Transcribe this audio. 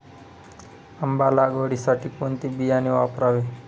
आंबा लागवडीसाठी कोणते बियाणे वापरावे?